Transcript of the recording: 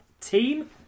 team